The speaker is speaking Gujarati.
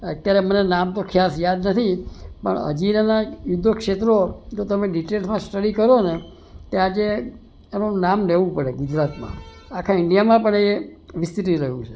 અત્યારે હમણાં નામ તો ખાસ યાદ નથી પણ હજીરાના ઉધોગ ક્ષેત્રો જો તમે ડિટેલમાં સ્ટડી કરોને તો આજે એનું નામ લેવું પડે ગુજરાતમાં આખા ઇન્ડિયામાં પણ એ વિસ્તરી રહ્યું છે